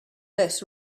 less